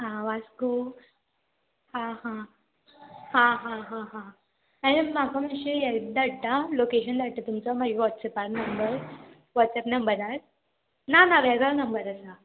आं वास्को हां हां हां हां हां हां आनी म्हाका मातशें हें धाडटा लॉकेशन धाडटा तुमचो मागीर वॉट्सॅपार नंबर वॉट्सॅप नंबरार ना ना वेगळो नंबर आसा